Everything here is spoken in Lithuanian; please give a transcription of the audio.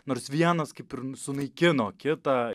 nors vienas kaip ir sunaikino kitą